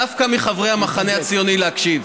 דווקא מחברי המחנה הציוני להקשיב.